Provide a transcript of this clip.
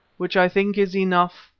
which i think is enough,